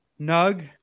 nug